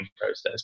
process